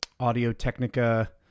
Audio-Technica